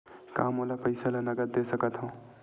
का मोला पईसा ला नगद दे सकत हव?